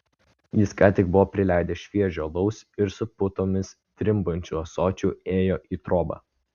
jis ką tik buvo prileidęs šviežio alaus ir su putomis drimbančiu ąsočiu ėjo į trobą